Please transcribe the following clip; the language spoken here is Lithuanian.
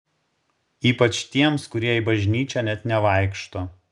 ypač tiems kurie į bažnyčią net nevaikšto